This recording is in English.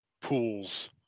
pools